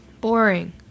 Boring